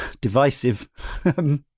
divisive